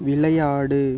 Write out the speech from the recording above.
விளையாடு